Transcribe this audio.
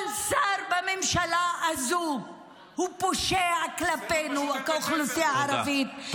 כל שר בממשלה הזו הוא פושע כלפינו כאוכלוסייה ערבית.